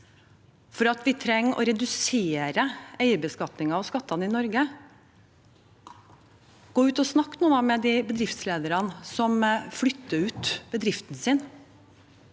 på at vi trenger å redusere eierbeskatningen og skattene i Norge. Han bør gå ut og snakke med de bedriftslederne som flytter ut bedriften sin,